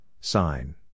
sign